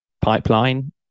pipeline